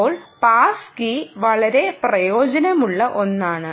ഇപ്പോൾ pass key വളരെ പ്രയോജനമുള്ള ഒന്നാണ്